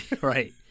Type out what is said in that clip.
Right